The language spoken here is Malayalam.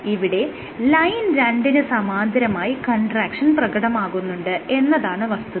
ഇവിടെ ലൈൻ രണ്ടിന് സമാന്തരമായി കൺട്രാക്ഷൻ പ്രകടമാകുന്നുണ്ട് എന്നതാണ് വസ്തുത